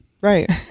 right